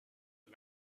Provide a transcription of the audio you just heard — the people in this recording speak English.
the